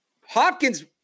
Hopkins